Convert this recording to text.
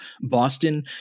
Boston